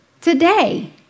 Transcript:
today